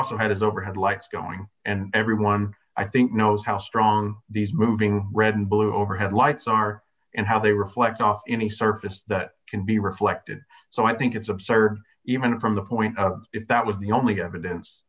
also has overhead lights going and everyone i think knows how strong these moving red and blue overhead lights are and how they reflect off any surface that can be reflected so i think it's absurd even from the point of it that was the only evidence